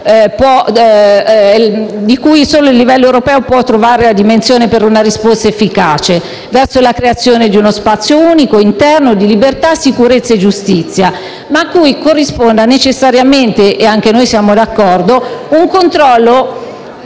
che solo a livello europeo possono trovare la dimensione per una risposta efficace, verso la creazione di uno spazio unico interno di libertà, sicurezza e giustizia, ma a cui corrisponda necessariamente - e anche noi siamo d'accordo - un controllo